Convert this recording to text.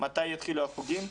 מתי יתחילו החוגים,